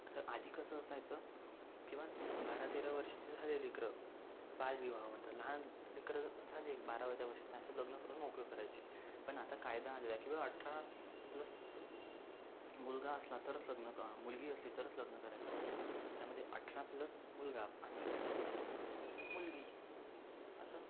तर आधी कसं असायचं किंवा बारा तेरा वर्षाचे झाले लेकरं बालविवाह म्हणतात लहान लेकरं झाले बारा तेरा वर्षाचं त्यांचं लग्न करून मोकळं करायचे पण आता कायदा आलेला आहे किंवा अठरा प्लस मुलगा असला तरच लग्न करा मुलगी असली तरच लग्न करायचं त्यामध्ये अठरा प्लस मुलगा आणि मुलगी असं